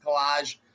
collage